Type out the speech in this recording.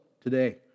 today